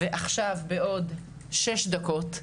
ועכשיו, בעוד שש דקות,